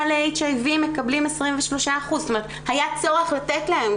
ל-HIV מקבלים 23%. היה צורך לתת להם.